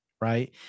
right